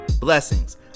blessings